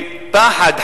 שפחד,